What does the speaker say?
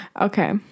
okay